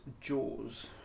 Jaws